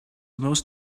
most